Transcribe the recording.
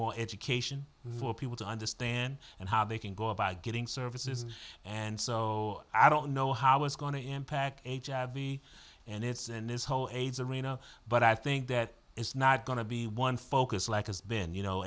more education for people to understand and how they can go about getting services and so i don't know how it's going to impact a job b and it's in this whole aids arena but i think that it's not going to be one focus like has been you know